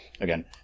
again